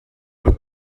het